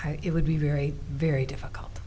it would be very very difficult